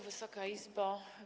Wysoka Izbo!